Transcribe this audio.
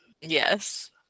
Yes